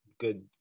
good